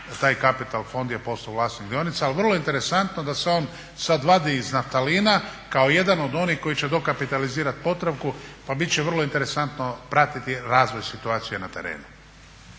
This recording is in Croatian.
taj Capital fond je postao vlasnik dionica. Ali vrlo je interesantno da se on sada vadi iz naftalina kao jedan od onih koji će dokapitalizirati Podravku pa će biti vrlo interesantno pratiti razvoj situacije na terenu.